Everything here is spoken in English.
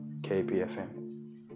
KPFM